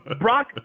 Brock